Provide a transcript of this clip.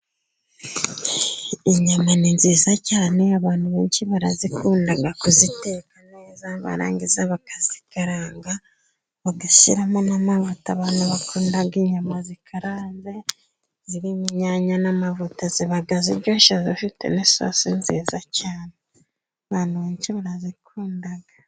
Inyama ni nziza cyane abantu benshi barazikunda kuziteka neza, barangiza bakazikaranga bagashyiramo n'amata. Abantu bakunda inyama zikaranze n'inyanya, n'amavuta. Ziba ziryoshye zifite n'isosi nziza cyane, abantu benshi barazikunda.